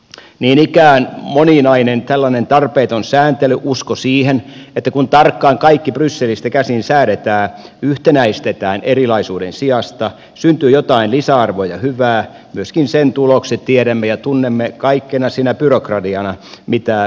niin ikään moninaisen tällaisen tarpeettoman sääntelyn uskon siihen että kun tarkkaan kaikki brysselistä käsin säädetään yhtenäistetään erilaisuuden sijasta syntyy jotain lisäarvoa ja hyvää tulokset tiedämme ja tunnemme kaikkena sinä byrokratiana mitä me ympärillämme näemme